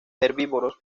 herbívoros